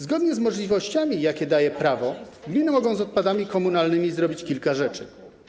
Zgodnie z możliwościami, jakie daje prawo, gminy mogą z odpadami komunalnymi zrobić kilka rzeczy.